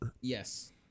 Yes